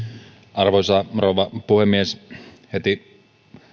arvoisa rouva puhemies heti